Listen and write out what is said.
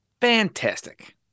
Fantastic